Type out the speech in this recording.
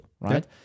right